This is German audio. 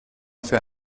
für